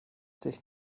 sich